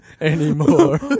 anymore